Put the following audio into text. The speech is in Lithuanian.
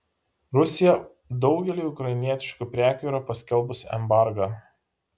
rusija daugeliui ukrainietiškų prekių yra paskelbusi embargą